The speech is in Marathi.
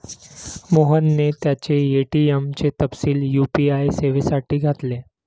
मोहनने त्याचे ए.टी.एम चे तपशील यू.पी.आय सेवेसाठी घातले